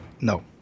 no